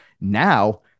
Now